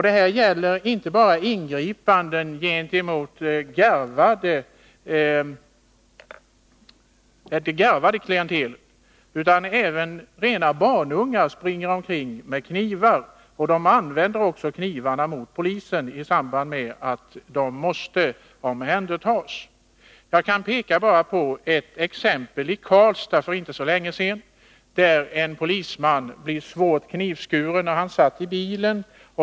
Det gäller inte bara ingripanden gentemot det garvade klientelet, utan även rena barnungar springer omkring med knivar — och de använder också knivarna mot polisen i samband med att de måste omhändertas. att motverka våld mot polismän Jag kan peka på ett exempel i Karlstad för inte så länge sedan där en polisman blev svårt knivskuren när han satt i bilen.